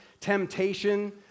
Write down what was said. temptation